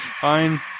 Fine